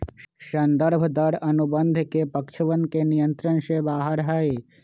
संदर्भ दर अनुबंध के पक्षवन के नियंत्रण से बाहर हई